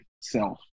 self